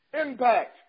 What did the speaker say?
impact